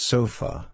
Sofa